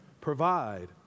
provide